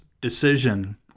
decision